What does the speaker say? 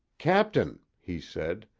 captain, he said,